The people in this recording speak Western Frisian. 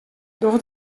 doch